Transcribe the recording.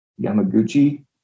Yamaguchi